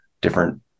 different